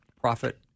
profit